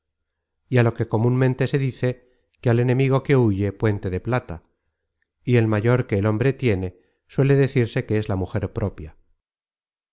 á lo que comunmente se dice que al enemigo que huye puente de plata y el mayor que el hombre tiene suele decirse que es la mujer propia